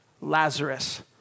Lazarus